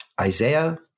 Isaiah